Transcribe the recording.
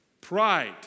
pride